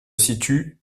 situe